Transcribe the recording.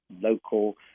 local